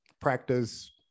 Practice